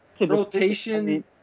Rotation